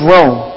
Rome